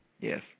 yes